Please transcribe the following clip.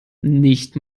nicht